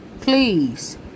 Please